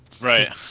Right